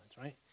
right